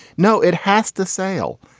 no, it has to sail.